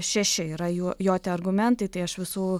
šeši yra jų jo tie argumentai tai aš visų